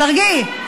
תרגיעי.